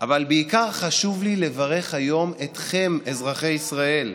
אבל בעיקר חשוב לי לברך היום אתכם, אזרחי ישראל,